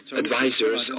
advisors